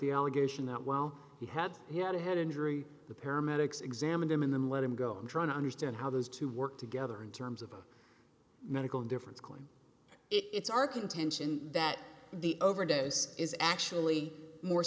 the allegation that well he had he had a head injury the paramedics examined him and then let him go and try to understand how those two work together in terms of a medical difference going it's our contention that the overdose is actually more